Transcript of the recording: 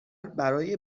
برای